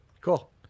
Cool